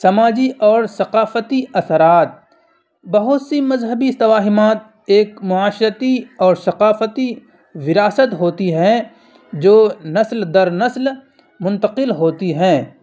سماجی اور ثقافتی اثرات بہت سی مذہبی توہمات ایک معاشرتی اور ثقافتی وراثت ہوتی ہیں جو نسل در نسل منتقل ہوتی ہیں